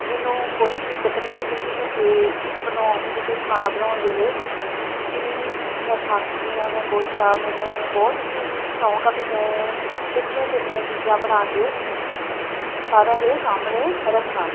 ਮੈਨੂੰ ਕੋਈ ਦਿੱਕਤ ਨਹੀਂ ਹੁੰਦੀ ਵੀ ਮੈਂ ਕੇ ਬਣੋ ਮੈਨੂੰ ਕੋਈ ਖਾਣਾ ਬਣਾਉਣ ਵੇਲੇ ਵੀ ਮੈਂ ਥੱਕ ਗਈ ਹਾਂ ਜਾਂ ਕੁਛ ਆ ਮੈਨੂੰ ਬਹੁਤ ਹੀ ਸ਼ੌਕ ਆ ਵੀ ਮੈਂ ਚੰਗੀਆਂ ਚੰਗੀਆਂ ਚੀਜ਼ਾਂ ਬਣਾ ਕੇ ਸਾਰਿਆਂ ਦੇ ਸਾਹਮਣੇ ਰੱਖਾਂ